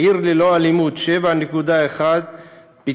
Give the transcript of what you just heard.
"עיר ללא אלימות" 7.1 מיליון,